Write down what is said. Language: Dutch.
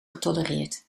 getolereerd